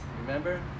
Remember